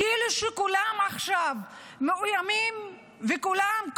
כאילו כולם עכשיו מאוימים וכולם,